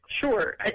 Sure